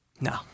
No